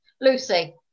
Lucy